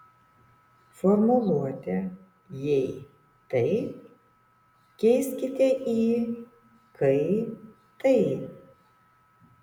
formuluotę jei tai keiskite į kai tai